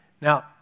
Now